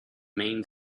main